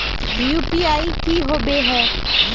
UPI की होबे है?